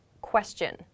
question